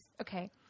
Okay